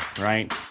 right